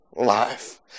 life